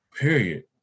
period